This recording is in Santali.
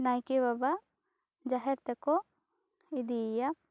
ᱱᱟᱭᱠᱮ ᱵᱟᱵᱟ ᱡᱟᱦᱮᱨ ᱛᱮᱠᱚ ᱤᱫᱤᱭᱮᱭᱟ